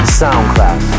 soundcloud